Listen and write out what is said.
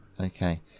Okay